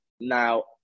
now